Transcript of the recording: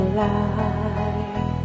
life